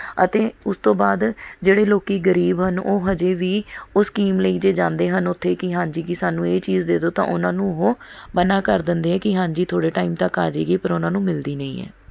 ਅਤੇ ਉਸ ਤੋਂ ਬਾਅਦ ਜਿਹੜੇ ਲੋਕ ਗਰੀਬ ਹਨ ਉਹ ਅਜੇ ਵੀ ਉਹ ਸਕੀਮ ਲਈ ਜੇ ਜਾਂਦੇ ਹਨ ਉੱਥੇ ਕਿ ਹਾਂਜੀ ਕਿ ਸਾਨੂੰ ਇਹ ਚੀਜ਼ ਦੇ ਦਿਉ ਤਾਂ ਉਹਨਾਂ ਨੂੰ ਉਹ ਮਨਾ ਕਰ ਦਿੰਦੇ ਹੈ ਕਿ ਹਾਂਜੀ ਥੋੜ੍ਹੇ ਟਾਈਮ ਤੱਕ ਆ ਜਾਵੇਗੀ ਪਰ ਉਹਨਾਂ ਨੂੰ ਮਿਲਦੀ ਨਹੀਂ ਹੈ